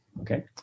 okay